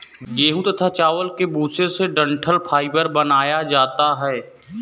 गेहूं तथा चावल के भूसे से डठंल फाइबर बनाया जाता है